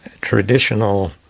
traditional